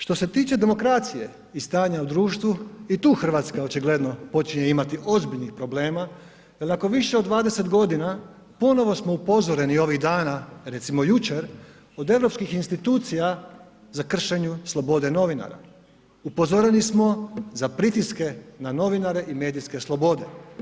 Što se tiče demokracije i stanja u društvu i tu Hrvatska očigledno počinje imati ozbiljnih problema jer ako više od 20 godina ponovo smo upozoreni ovih dana recimo jučer od europskih institucija za kršenje slobode novinara, upozoreni smo za pritiske na novinare i medijske slobode.